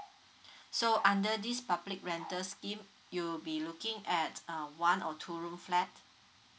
so under this public rental scheme you will be looking at uh one or two room flat